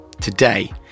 Today